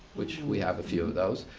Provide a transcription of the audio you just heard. which we have a few of those,